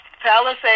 Palisade